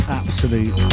absolute